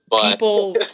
people